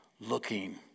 looking